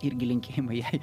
irgi linkėjimai